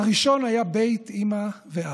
הראשון היה בית אימא ואבא.